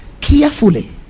carefully